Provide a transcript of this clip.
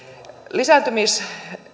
lisääntymis